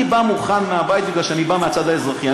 אני בא מוכן מהבית, כי אני בא מהצד האזרחי.